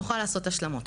נוכל לעשות השלמות,